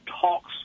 talks